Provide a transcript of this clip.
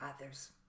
others